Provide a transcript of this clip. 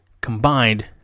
combined